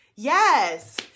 Yes